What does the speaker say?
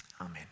Amen